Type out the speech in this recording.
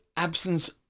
absence